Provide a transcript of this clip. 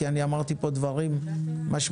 כי אני אמרתי פה דברים משמעותיים,